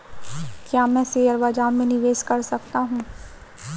क्या मैं शेयर बाज़ार में निवेश कर सकता हूँ?